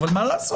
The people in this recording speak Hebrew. אבל מה לעשות,